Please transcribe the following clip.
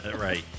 right